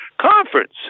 conference